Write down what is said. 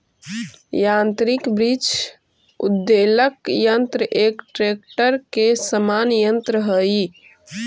यान्त्रिक वृक्ष उद्वेलक यन्त्र एक ट्रेक्टर के समान यन्त्र हई